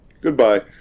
Goodbye